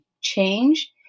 change